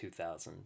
2000